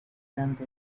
dante